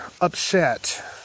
upset